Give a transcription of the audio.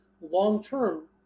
long-term